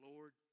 Lord